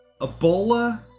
Ebola